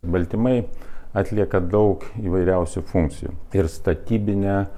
baltymai atlieka daug įvairiausių funkcijų ir statybinę